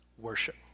Worship